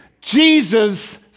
Jesus